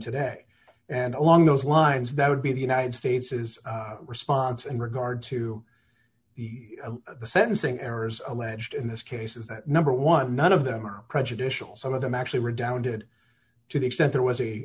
today and along those lines that would be the united states is response in regard to the sentencing errors alleged in this case is number one none of them are prejudicial some of them actually redounded to the extent there was a